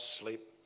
sleep